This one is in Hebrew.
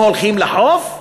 או הולכים לחוף.